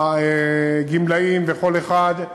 הגמלאים וכל אחד,